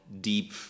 deep